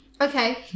okay